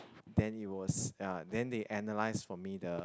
then it was ya then they analyse for me the